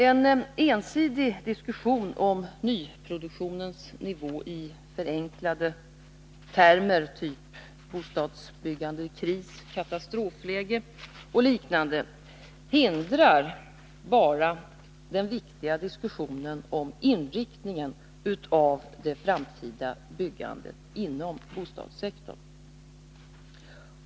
En ensidig diskussion om nyproduktionens nivå i förenklade termer typ bostadsbyggnadskris och katastrofläge hindrar bara den riktiga diskussionen om inriktningen av det framtida byggandet inom bostadssektorn.